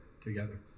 together